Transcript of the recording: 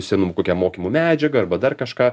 senų kokiam mokymų medžiagą arba dar kažką